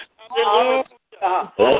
hallelujah